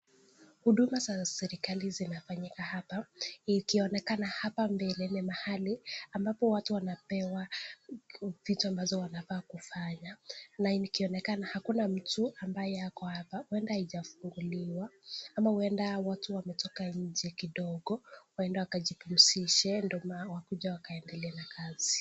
Huduma za serikali zinafanyika hapa ikionekana hapa mbele ni mahali ambapo watu wanapewa vitu ambazo wanafaa kufanya na ikionekana hakuna mtu ambaye ako hapa huenda haijafunguliwa au huenda watu wametoka nje kidogo waende wakajipumzishe ndio waje wakaendelee na kazi.